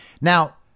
Now